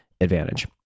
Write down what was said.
advantage